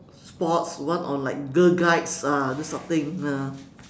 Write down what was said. sports one or like girl guides ah this sort of thing ah